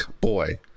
Boy